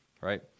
Right